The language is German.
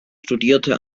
studierte